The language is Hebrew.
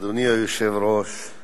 אדוני היושב-ראש,